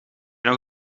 nog